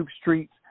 streets